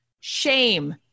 Shame